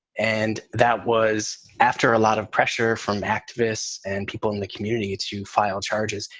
and that was after a lot of pressure from activists and people in the community to file charges.